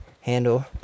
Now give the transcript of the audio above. handle